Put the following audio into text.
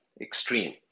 extreme